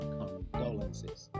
condolences